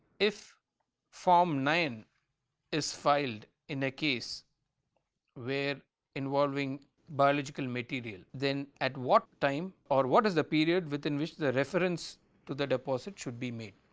if form nine is filed in a case where involving biological material then at what time or what is the period within which the reference to the deposit should be made.